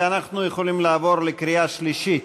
ואנחנו יכולים לעבור לקריאה שלישית.